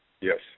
Yes